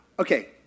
Okay